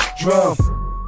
drum